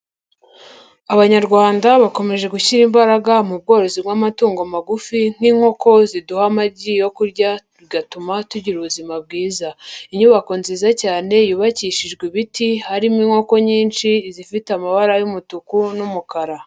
Abanyarwanda bakomeje gushyira imbaraga mu bworozi bw'amatungo magufi nk'inkoko ziduha amagi yo kurya bigatuma tugira ubuzima bwiza. Inyubako nziza cyane yubakishijwe ibiti harimo inkoko nyinshi, izifite amabara y'umutuku n'umukara.